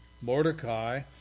Mordecai